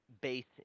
based